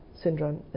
syndrome